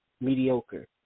mediocre